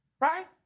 right